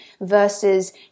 versus